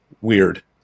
weird